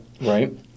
right